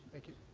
thank you,